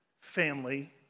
family